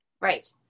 Right